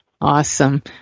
Awesome